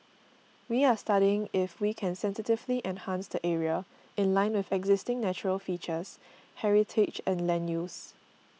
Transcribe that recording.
we are studying if we can sensitively enhance the area in line with existing natural features heritage and land use